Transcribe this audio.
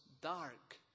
dark